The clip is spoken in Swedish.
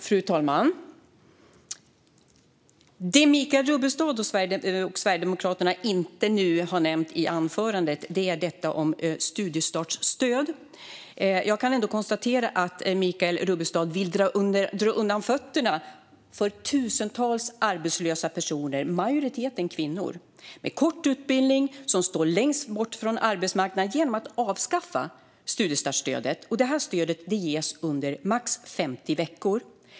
Fru talman! Det Michael Rubbestad inte nämnde i sitt anförande gäller studiestartsstödet. Jag konstaterar att Michael Rubbestad vill dra undan mattan för tusentals arbetslösa personer, majoriteten kvinnor, som har kort utbildning och som står längst bort från arbetsmarknaden genom att avskaffa studiestartsstödet. Detta stöd ges under max 50 veckor.